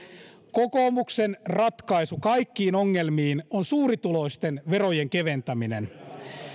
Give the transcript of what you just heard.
kokoomuksen ratkaisu kaikkiin ongelmiin on suurituloisten verojen keventäminen